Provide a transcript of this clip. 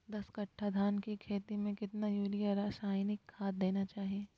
दस कट्टा धान की खेती में कितना यूरिया रासायनिक खाद देना चाहिए?